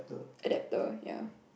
adapter ya